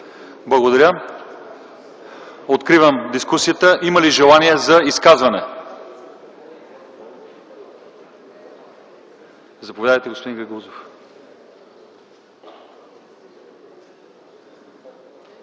Благодаря. Откривам дискусията. Има ли желаещи за изказване? Заповядайте, господин Гагаузов.